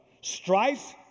Strife